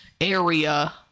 area